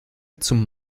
zum